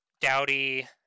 Dowdy